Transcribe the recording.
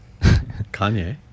Kanye